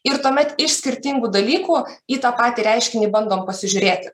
ir tuomet iš skirtingų dalykų į tą patį reiškinį bandom pasižiūrėti